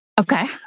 Okay